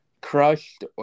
crushed